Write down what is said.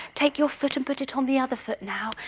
take your foot and put it on the other foot now.